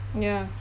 ya